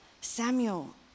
Samuel